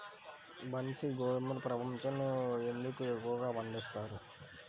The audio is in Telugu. బన్సీ గోధుమను ప్రపంచంలో ఎందుకు ఎక్కువగా పండిస్తారు?